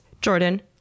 Jordan